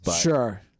Sure